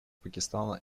пакистана